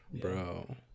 Bro